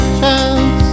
chance